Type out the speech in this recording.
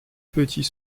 petit